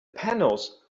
panels